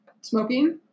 smoking